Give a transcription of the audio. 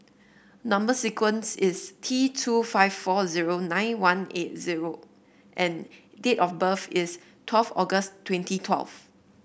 number sequence is T two five four zero nine one eight zero and date of birth is twelve August twenty twelve